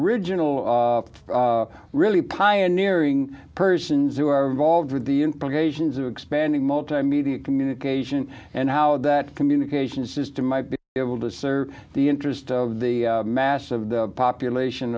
original really pioneering persons who are involved with the implications of expanding multimedia communication and how that communication system might be able to serve the interest of the mass of the population